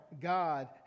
God